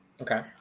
Okay